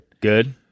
Good